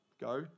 Go